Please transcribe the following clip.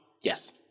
Yes